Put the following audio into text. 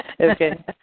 Okay